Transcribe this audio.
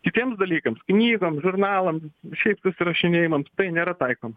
kitiems dalykams knygoms žurnalams šiaip susirašinėjimams tai nėra taikoma